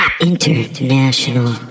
INTERNATIONAL